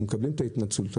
ואנחנו מקבלים את ההתנצלות,